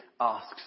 asks